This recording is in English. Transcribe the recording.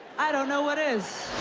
i don't know what is.